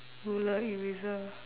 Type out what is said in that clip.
ruler eraser